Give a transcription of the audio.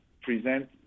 present